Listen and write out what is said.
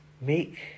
make